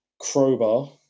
Crowbar